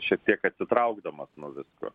šiek tiek atsitraukdamas nuo visko